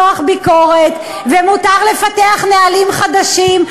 ומותר למתוח ביקורת, ומותר לפתח נהלים חדשים.